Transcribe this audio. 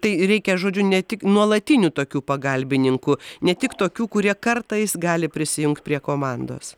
tai reikia žodžių ne tik nuolatinių tokių pagalbininkų ne tik tokių kurie kartais gali prisijungt prie komandos